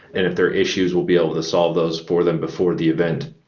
and if there are issues we'll be able to solve those for them before the event.